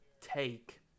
take